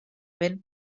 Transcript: vent